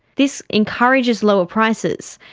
this encourages lower prices,